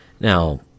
Now